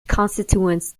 constituents